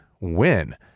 win